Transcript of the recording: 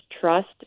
trust